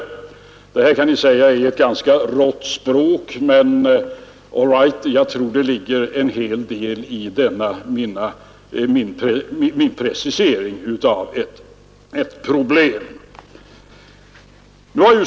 Ni kan säga att det här är ett ganska rått språk, men jag tror att det ligger en hel del i denna min precisering av ett problem.